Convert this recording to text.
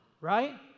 right